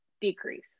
decrease